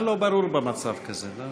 מה לא ברור במצב כזה?